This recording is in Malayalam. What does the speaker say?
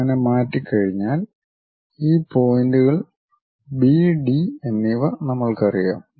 അങ്ങനെ മാറ്റി കഴിഞ്ഞാൽ ഈ പോയിന്റുകൾ ബി ഡി എന്നിവ നമ്മൾക്കറിയാം